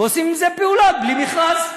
ועושים עם זה פעולות בלי מכרז?